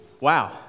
Wow